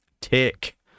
Tick